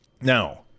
Now